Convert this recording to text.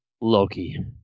loki